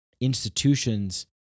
institutions